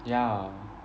ya